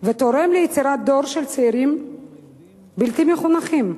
ותורם ליצירת דור של צעירים בלתי מחונכים.